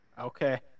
Okay